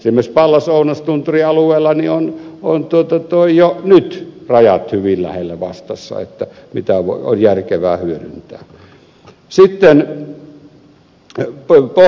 esimerkiksi pallas ounastunturin alueella ovat jo nyt rajat hyvin lähellä vastassa mitä on järkevää hyödyntää